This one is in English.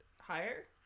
higher